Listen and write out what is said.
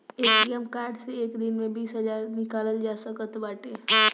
ATM card से एक दिन में बीस हजार निकालल जा सकत बाटे